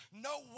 no